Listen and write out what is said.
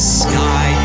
sky